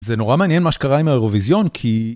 זה נורא מעניין מה שקרה עם האירוויזיון כי...